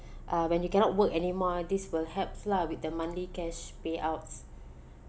uh when you cannot work anymore this will help lah with the monthly cash payouts